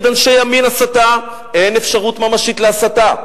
אנשי ימין הסתה אין אפשרות ממשית להסתה,